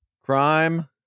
crime